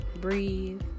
breathe